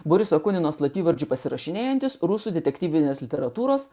buvusio kunigo slapyvardžiu pasirašinėjantis rusų detektyvinės literatūros